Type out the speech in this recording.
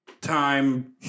time